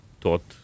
taught